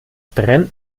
brennt